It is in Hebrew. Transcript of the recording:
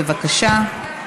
בבקשה.